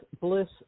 bliss